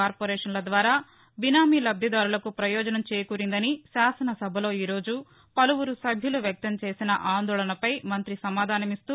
కార్పొరేషన్ల ద్వారా బీనామీ లబ్దిదారులకు ప్రయోజనం చేకూరిందని శాసన సభలో ఈ రోజు పలువురు సభ్యులు వ్యక్తం చేసిన ఆందోళనపై మంత్రి సమాధానమిస్తూ